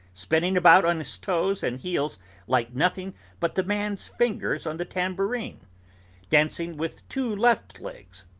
spinning about on his toes and heels like nothing but the man's fingers on the tambourine dancing with two left legs,